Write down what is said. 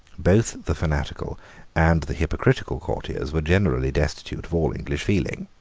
both the fanatical and the hypocritical courtiers were generally destitute of all english feeling.